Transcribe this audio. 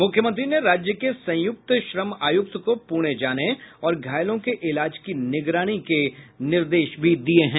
मुख्यमंत्री ने राज्य के संयुक्त श्रम आयुक्त को पुणे जाने और घायलों के इलाज की निगरानी के निर्देश दिये हैं